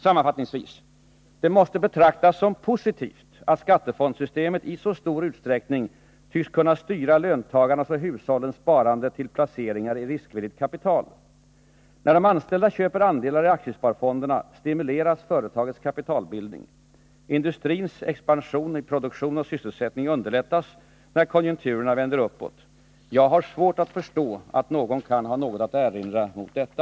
Sammanfattningsvis: Det måste betraktas som positivt att skattefondssystemet i så stor utsträckning tycks kunna styra löntagarnas och hushållens sparande till placeringar i riskvilligt kapital. När de anställda köper andelar i aktiesparfonderna stimuleras företagets kapitalbildning. Industrins expansion av produktion och sysselsättning underlättas när konjunkturen vänder uppåt. Jag har svårt att förstå att någon kan ha något emot detta.